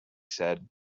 said